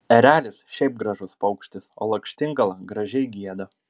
erelis šiaip gražus paukštis o lakštingala gražiai gieda